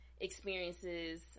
experiences